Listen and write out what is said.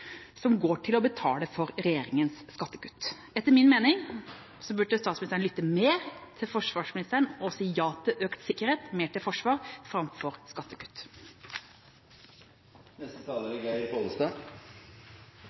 som går til å betale for regjeringas skattekutt. Etter min mening burde statsministeren lytte mer til forsvarsministeren og si ja til økt sikkerhet – mer til forsvar framfor